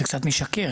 זה קצת משקר,